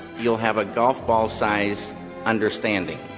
you'll have a golf-ball-size understanding.